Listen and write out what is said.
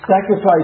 Sacrifice